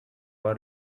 our